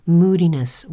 moodiness